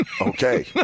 Okay